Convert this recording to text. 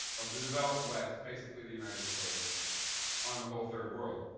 of the developed west, basically the united states on the whole third world.